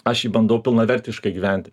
aš jį bandau pilnavertiškai gyventi